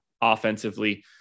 offensively